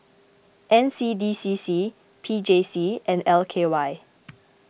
N C D C C P J C and L K Y